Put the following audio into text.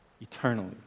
Eternally